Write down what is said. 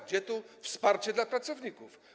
Gdzie tu wsparcie dla pracowników?